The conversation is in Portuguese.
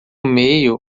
meio